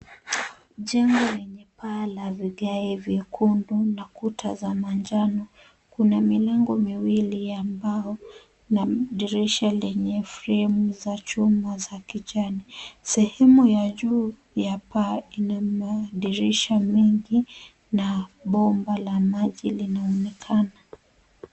Jengo lenye paa la vigae vyekundu na kuta za manjano. Kuna milango miwili ya mbao na dirisha lenye fremu za chuma za kijani. Sehemu ya juu ya paa ina madirisha mengi na bomba la maji linaonekana.